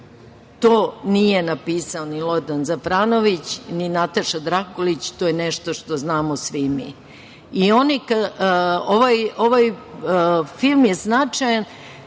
To nije napisao ni Lordan Zafranović, ni Nataša Drakulić, to je nešto što znamo svi mi. Ovaj film je značajan